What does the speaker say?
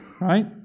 Right